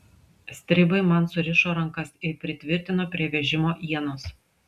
stribai man surišo rankas ir pritvirtino prie vežimo ienos